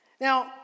Now